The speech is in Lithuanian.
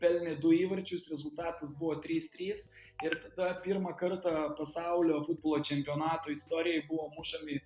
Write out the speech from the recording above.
pelnė du įvarčius rezultatas buvo trys trys ir tada pirmą kartą pasaulio futbolo čempionatų istorijoj buvo mušami